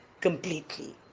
completely